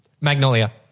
Magnolia